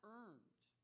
earned